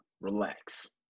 Relax